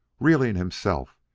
reeling himself,